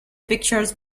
pictures